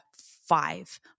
five